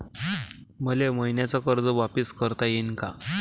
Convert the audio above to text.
मले मईन्याचं कर्ज वापिस करता येईन का?